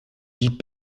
dis